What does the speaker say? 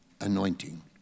anointing